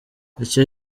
icyo